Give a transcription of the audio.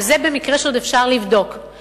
וזה במקרה שעוד אפשר לבדוק.